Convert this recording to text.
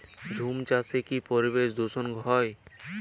ঝুম চাষে কি পরিবেশ দূষন হয়?